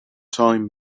time